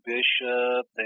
Bishop